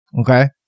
Okay